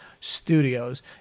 studios